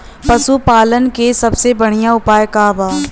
पशु पालन के सबसे बढ़ियां उपाय का बा?